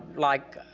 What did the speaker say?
like